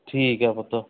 ਠੀਕ ਐ ਪੁੱਤ